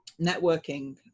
networking